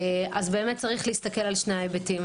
באמת יש להסתכל על שני ההיבטים.